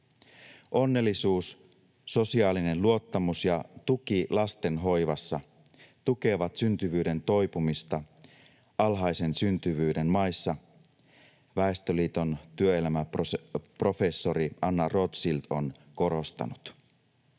Onnellisuus, sosiaalinen luottamus ja tuki lasten hoivassa tukevat syntyvyyden toipumista alhaisen syntyvyyden maissa, Väestöliiton työelämäprofessori Anna Rotkirch on korostanut.